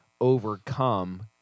overcome